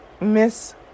Miss